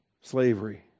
Slavery